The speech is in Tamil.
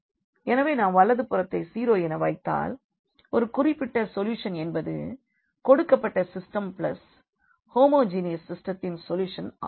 எனவே நாம் வலதுபுறத்தை 0 என வைத்தால் ஒரு குறிப்பிட்ட சொல்யூஷன் என்பது கொடுக்கப்பட்ட சிஸ்டெம் ஹோமோஜீனியஸ் சிஸ்டெத்தின் சொல்யூஷன் ஆகும்